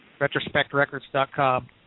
retrospectrecords.com